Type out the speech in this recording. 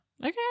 Okay